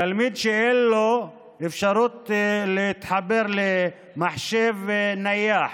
תלמיד שאין לו אפשרות להתחבר למחשב נייח,